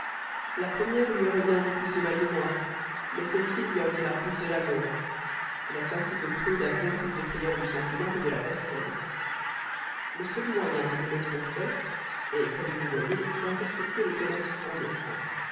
la première lui aurait bien dit plus de mal de moi mais celle-ci lui en dira plus de l'amour la sensible prude a bien plus de frayeur du sentiment que de la personne le seul moyen de me mettre au fait est comme vous voyez d'intercepter le commerce clandestin